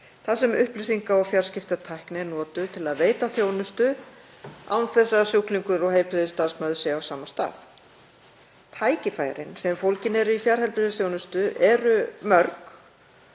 þar sem upplýsinga- og fjarskiptatækni er notuð til að veita þjónustu án þess að sjúklingur og heilbrigðisstarfsmaður séu á sama stað. Tækifærin sem fólgin eru í fjarheilbrigðisþjónustu eru mörg